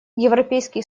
европейский